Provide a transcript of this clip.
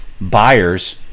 buyers